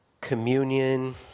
communion